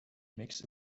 makes